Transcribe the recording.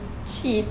cheat